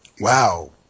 Wow